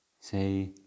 say